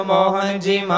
Mohanji